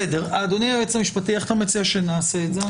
אדוני היועץ המשפטי, איך אתה מציע שנעשה את זה?